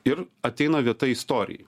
ir ateina vieta istorijai